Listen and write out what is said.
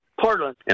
Portland